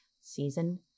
season